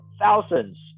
thousands